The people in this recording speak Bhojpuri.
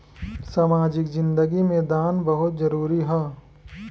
सामाजिक जिंदगी में दान बहुत जरूरी ह